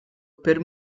per